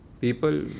people